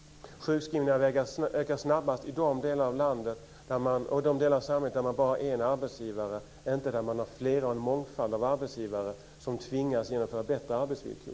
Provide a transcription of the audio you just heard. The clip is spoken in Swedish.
Sjukskrivningarna ökar snabbast i de delar av samhället där man har bara en arbetsgivare, inte en mångfald av arbetsgivare som tvingas genomföra bättre arbetsvillkor.